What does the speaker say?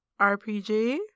RPG